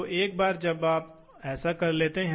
तो यह मशीन में प्रमुख भाग हैं